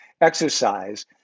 exercise